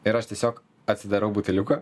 ir aš tiesiog atsidarau buteliuką